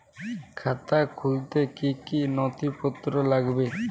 খাতা খুলতে কি কি নথিপত্র লাগবে?